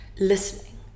listening